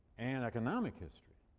and economic history,